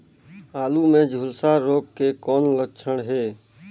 आलू मे झुलसा रोग के कौन लक्षण हे?